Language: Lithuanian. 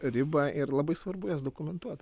ribą ir labai svarbu juos dokumentuot